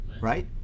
right